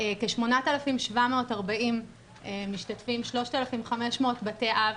כ-8,740 משתתפים, 3,500 בתי אב.